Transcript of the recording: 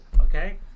Okay